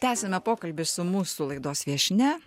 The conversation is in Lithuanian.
tęsiame pokalbį su mūsų laidos viešnia